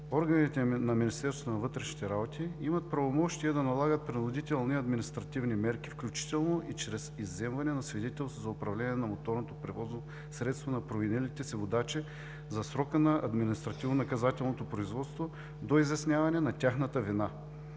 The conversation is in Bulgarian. органите на Министерството на вътрешните работи имат правомощия да налагат принудителни административни мерки, включително и чрез изземване на Свидетелство за управление на моторното превозно средство на провинилите се водачи за срока на административнонаказателното производство до изясняване на тяхната вина.